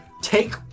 take